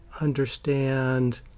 understand